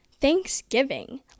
Thanksgiving